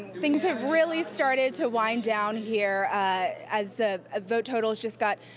things have really started to wind down here as the ah vote totals just got